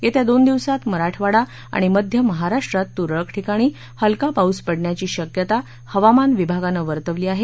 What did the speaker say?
येत्या दोन दिवसात मराठवाडा आणि मध्य महाराष्ट्रात तुरळक ठिकाणी हलका पाऊस पडण्याची शक्यता हवामान विभागानं वर्तवली आहे